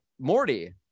Morty